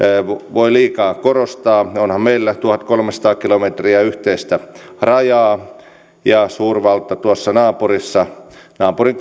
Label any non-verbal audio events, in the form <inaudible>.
voi liikaa korostaa onhan meillä tuhatkolmesataa kilometriä yhteistä rajaa ja suurvalta tuossa naapurissa naapurin <unintelligible>